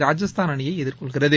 ராஜஸ்தான் அணியை எதிர்கொள்கிறது